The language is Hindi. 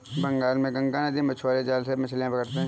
बंगाल में गंगा नदी में मछुआरे जाल से मछलियां पकड़ते हैं